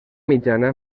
mitjana